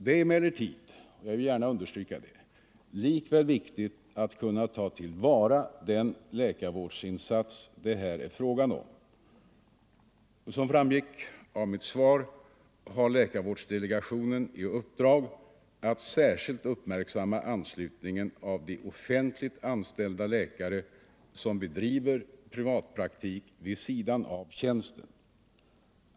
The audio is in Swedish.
Det är emellertid — jag vill gärna understryka det — likväl viktigt att kunna ta till vara den läkarvårdsinsats det här är fråga om. Som framgick av mitt svar har läkarvårdsdelegationen i uppdrag att särskilt uppmärksamma anslutningen av de offentligt anställda läkare som bedriver privatpraktik vid sidan av tjänsten.